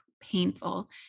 painful